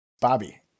Bobby